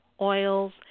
oils